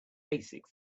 basic